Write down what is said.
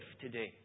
today